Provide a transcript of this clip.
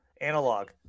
analog